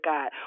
God